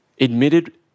admitted